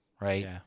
Right